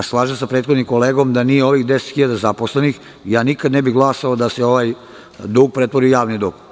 Slažem se sa prethodnim kolegom i da nije ovih 10 hiljada zaposlenih, ja nikada ne bih glasao da se ovaj dug pretvori u javni dug.